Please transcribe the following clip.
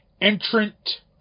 entrant